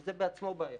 וזה בעצמו בעיה,